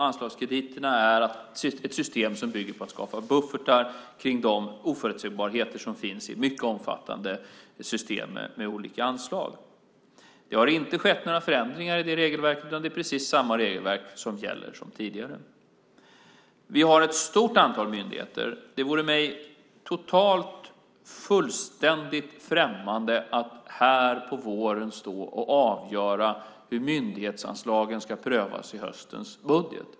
Anslagskrediterna är ett system som bygger på att skapa buffertar kring de oförutsägbarheter som finns i mycket omfattande system med olika anslag. Det har inte skett några förändringar i det regelverket, utan det är precis samma regelverk som gäller nu som tidigare. Vi har ett stort antal myndigheter. Det vore mig fullständigt främmande att här på våren avgöra hur myndighetsanslagen ska prövas i höstens budget.